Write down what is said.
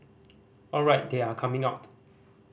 alright they are coming out